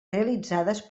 realitzades